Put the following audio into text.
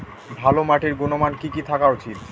ভালো মাটির গুণমান কি কি থাকা উচিৎ?